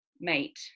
mate